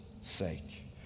sake